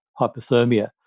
hypothermia